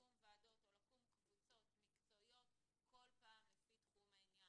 לקום ועדות או לקום קבוצות מקצועיות כל פעם לפי תחום העניין.